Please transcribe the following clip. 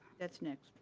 that's next.